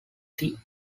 tea